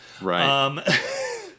Right